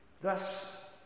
Thus